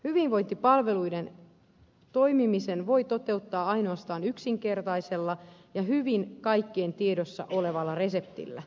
hyvinvointipalveluiden toimimisen voi toteuttaa ainoastaan yksikertaisella ja hyvin kaikkien tiedossa olevalla reseptillä